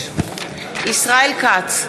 ישראל כץ,